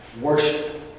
worship